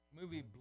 Movie